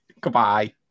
Goodbye